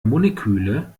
moleküle